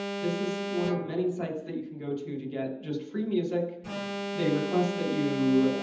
this is one of the many sites that you can go to to get just free music they request that you